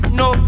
no